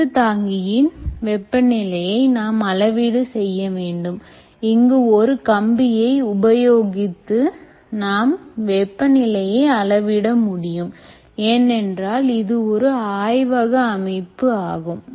பந்து தாங்கியின் வெப்பநிலையை நாம் அளவீடு செய்ய வேண்டும் இங்கு ஓர் கம்பியை உபயோகித்து நாம் வெப்பநிலையை அளவிட முடியும் ஏனென்றால் இது ஒரு ஆய்வக அமைப்பு ஆகும்